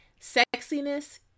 sexiness